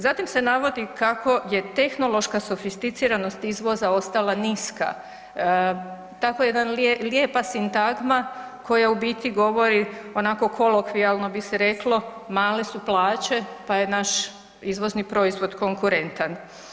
Zatim se navodi kako je tehnološka sofisticiranost izvoza ostala niska, tako jedna lijepa sintagma koja u biti govori onako kolokvijalno bi se reklo, male su plaće pa je naš izvozni proizvod konkurentan.